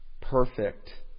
Perfect